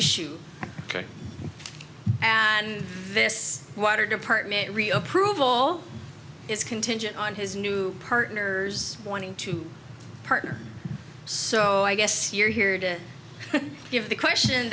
issue and this water department rio prove all is contingent on his new partners wanting to partner so i guess you're here to give the question